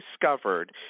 discovered